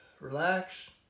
Relax